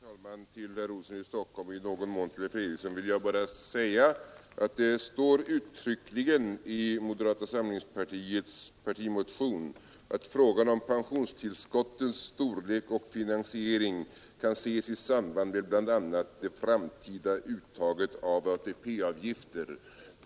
Herr talman! Till herr Olsson i Stockholm och i någon mån till herr Fredriksson vill jag bara säga att det står uttryckligen i moderata samlingspartiets partimotion att frågan om pensionstillskottens storlek och finansiering kan ses i samband med bl.a. det framtida uttaget av ATP-avgifter.